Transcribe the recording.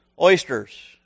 Oysters